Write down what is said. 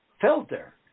filter